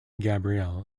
gabriel